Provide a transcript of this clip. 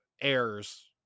errors